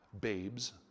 babes